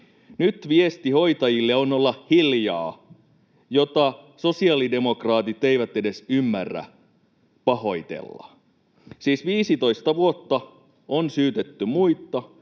Nyt viesti hoitajille on olla hiljaa, mitä sosiaalidemokraatit eivät edes ymmärrä pahoitella. Siis 15 vuotta on syytetty muita,